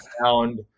found